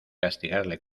castigarle